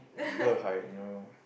Le-Hai you know